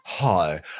Hi